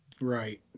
Right